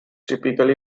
typically